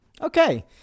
Okay